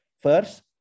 First